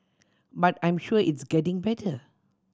but I'm sure it's getting better